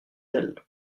elle